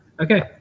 Okay